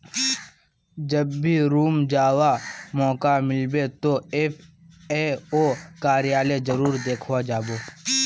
जब भी रोम जावा मौका मिलबे तो एफ ए ओ कार्यालय जरूर देखवा जा बो